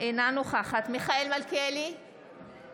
אינה נוכחת מיכאל מלכיאלי,